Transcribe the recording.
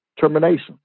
termination